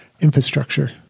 infrastructure